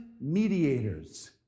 mediators